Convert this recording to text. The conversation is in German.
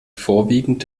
vorwiegend